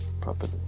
properly